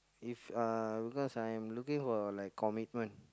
if uh because I'm looking for like commitment